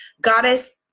Goddess